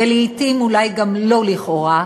ולעתים אולי גם לא לכאורה,